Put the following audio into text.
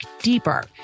deeper